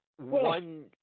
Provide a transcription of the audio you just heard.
one